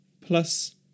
plus